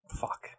Fuck